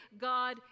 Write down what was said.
God